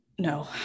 No